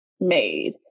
made